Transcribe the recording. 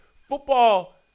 Football